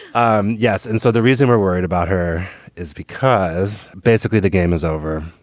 um yes. and so the reason we're worried about her is because basically the game is over.